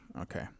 Okay